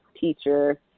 teacher